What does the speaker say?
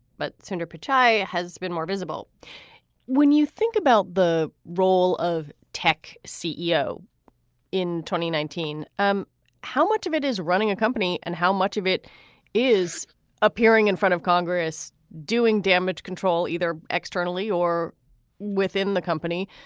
but sundar pichai has been more visible when you think about the role of tech ceo in twenty nineteen. um how much of it is running a company and how much of it is appearing in front of congress doing damage control either externally or within the company?